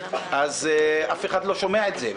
אז אף אחד לא שומע את זה.